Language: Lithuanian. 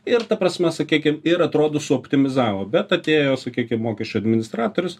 ir ta prasme sakykim ir atrodo suoptimizavo bet atėjo sakykim mokesčių administratorius